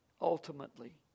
ultimately